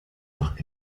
doch